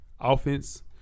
Offense